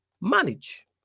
manage